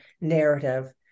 narrative